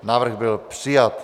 Návrh byl přijat.